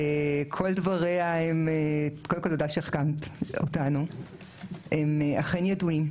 קודם כל, תודה שהחכמת אותנו, הם אכן ידועים.